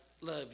love